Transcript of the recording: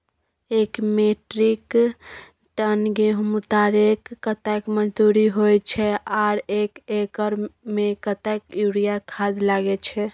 एक metric ton गेहूं उतारेके कतेक मजदूरी होय छै आर एक एकर में कतेक यूरिया खाद लागे छै?